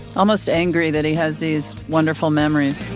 almost angry that he has these wonderful memories.